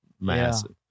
massive